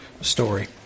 story